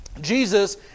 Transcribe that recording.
Jesus